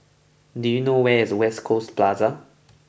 do you know where is West Coast Plaza